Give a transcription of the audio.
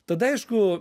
tada aišku